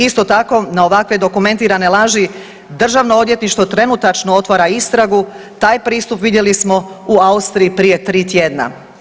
Isto tako na ovakve dokumentirane laži Državno odvjetništvo trenutačno otvara istragu, taj pristup vidjeli smo u Austriji prije 3 tjedna.